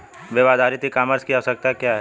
Web आधारित e commerce की आवश्यकता क्या है?